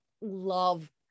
love